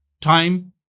time